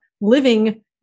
living